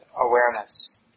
awareness